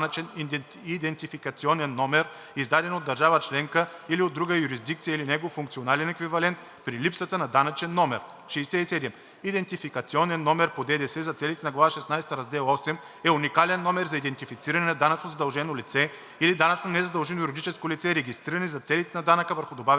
данъчен идентификационен номер, издаден от държава членка или от друга юрисдикция, или негов функционален еквивалент при липсата на данъчен номер. 67. „Идентификационен номер по ДДС“ за целите на глава шестнадесета, раздел VIII е уникален номер за идентифициране на данъчно задължено лице или данъчно незадължено юридическо лице, регистрирани за целите на данъка върху добавената